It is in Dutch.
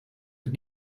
het